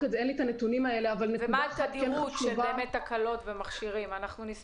אין לי את הנתונים האלה, אבל נבדוק את זה.